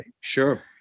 Sure